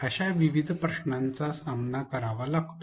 अशा विविध प्रश्नांचा सामना करावा लागतो